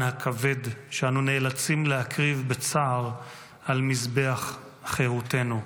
הכבד שאנו נאלצים להקריב בצער על מזבח חירותנו.